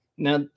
Now